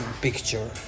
picture